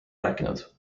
rääkinud